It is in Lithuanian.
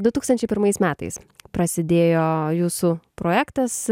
du tūkstančiai pirmais metais prasidėjo jūsų projektas